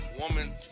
woman